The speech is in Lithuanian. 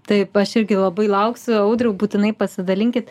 taip aš irgi labai lauksiu audriau būtinai pasidalinkit